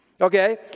Okay